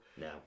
No